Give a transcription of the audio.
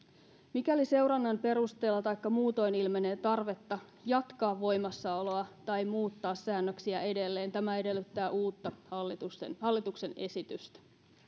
mikäli seurannan perusteella taikka muutoin ilmenee tarvetta jatkaa voimassaoloa tai muuttaa säännöksiä edelleen tämä edellyttää uutta hallituksen hallituksen esitystä